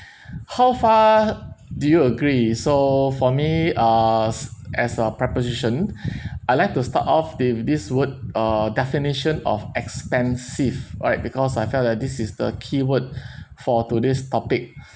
how far do you agree so for me uh s~ as a preposition I'd like to start off in this word uh definition of expensive alright because I felt that this is the keyword for today's topic